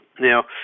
Now